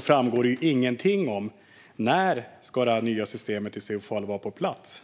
framgår inte alls när det nya systemet i så fall skulle vara på plats.